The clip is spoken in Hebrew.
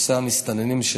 נושא המסתננים,